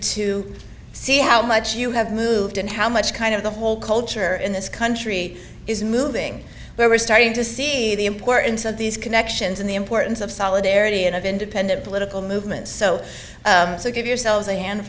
to see how much you have moved and how much kind of the whole culture in this country is moving where we're starting to see the importance of these connections and the importance of solidarity and of independent political movements so so give yourselves a hand